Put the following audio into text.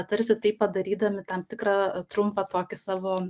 tarsi tai padarydami tam tikrą trumpą tokį savo